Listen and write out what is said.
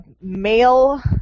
male